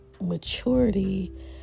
maturity